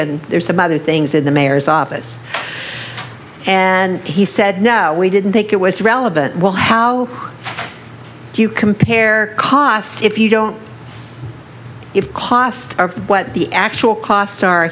and there's a by the things in the mayor's office and he said no we didn't think it was relevant well how do you compare costs if you don't have cost what the actual costs are